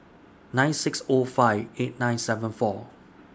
nine six O five eight nine seven four